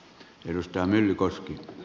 arvoisa puhemies